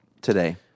today